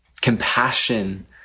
compassion